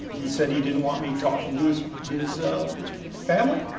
he said he didn't want me talking to his his family,